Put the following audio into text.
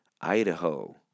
Idaho